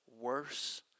worse